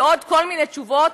ועוד כל מיני תשובות,